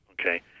okay